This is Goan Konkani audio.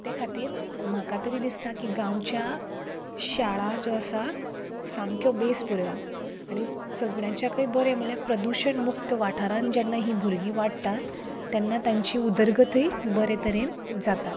ते खातीर म्हाका तरी दिसता की गांवच्यो शाळा ज्यो आसा सामक्यो बेसबऱ्यो आनी सगळ्यांच्याकय बरें म्हणलें की प्रदुशण मुक्त वाठारांत जेन्ना हीं भुरगीं वाडटात तेन्ना तांची उदरगतय बरे तरेन जाता